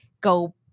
go